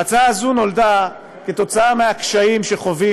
ההצעה הזאת נולדה כתוצאה מהקשיים שחווים